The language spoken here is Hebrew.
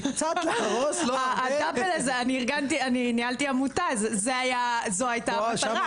אני ניהלתי עמותה, זו הייתה המטרה.